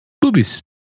boobies